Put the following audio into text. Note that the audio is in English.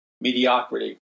mediocrity